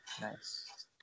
Nice